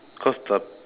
cause the